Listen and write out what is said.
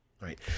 right